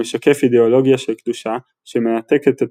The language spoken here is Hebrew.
הוא משקף אידאולוגיה של קדושה שמנתקת את